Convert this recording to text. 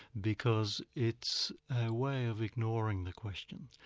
because it's a way of ignoring the question,